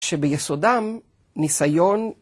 שביסודם ניסיון.